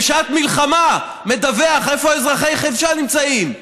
בשעת מלחמה מדווח איפה אזרחי חיפה נמצאים.